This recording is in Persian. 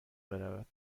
برود